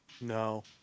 No